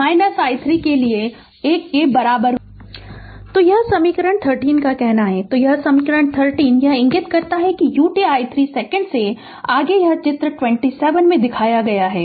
Refer Slide Time 2840 तो यह समीकरण 30 का कहना है तो यह समीकरण 30 यह इंगित करता है कि u t i 3 सेकंड से आगे है और चित्र 27 में दिखाया गया है